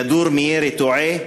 כדור מירי תועה.